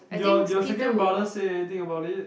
do your do your second brother say anything about it